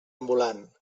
ambulant